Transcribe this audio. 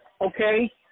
okay